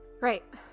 right